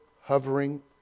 hovering